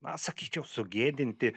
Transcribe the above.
na sakyčiau sugėdinti